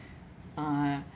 ah